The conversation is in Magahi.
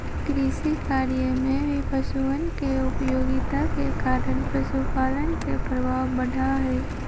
कृषिकार्य में भी पशुअन के उपयोगिता के कारण पशुपालन के प्रभाव बढ़ा हई